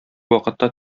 вакытта